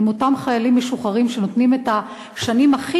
אותם חיילים משוחררים שנותנים את השנים הכי